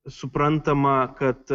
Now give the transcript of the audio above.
suprantama kad